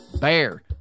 BEAR